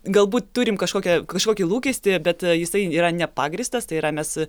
galbūt turim kažkokią kažkokį lūkestį bet jisai yra nepagrįstas tai yra mes